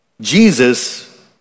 Jesus